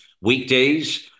weekdays